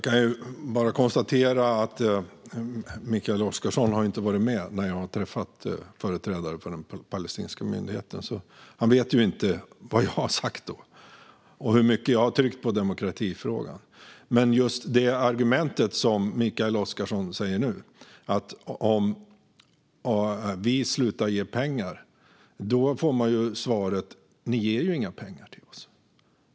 Fru talman! Mikael Oscarsson har inte varit med när jag träffat företrädare för den palestinska myndigheten. Han vet inte vad jag har sagt och hur mycket jag har tryckt på demokratifrågan. Mikael Oscarssons argument handlar om att vi skulle sluta ge pengar. Använder man det argumentet gentemot dem får man svaret: Ni ger ju inga pengar till oss.